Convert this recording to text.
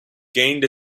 gained